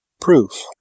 Proof